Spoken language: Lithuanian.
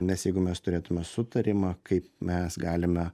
nes jeigu mes turėtume sutarimą kaip mes galime